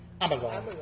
Amazon